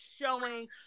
showing